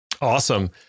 Awesome